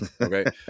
Okay